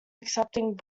accepting